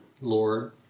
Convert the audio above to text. Lord